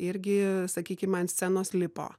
irgi sakykim ant scenos lipo